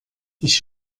ich